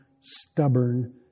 stubborn